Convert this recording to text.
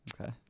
Okay